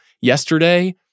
Yesterday